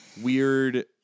weird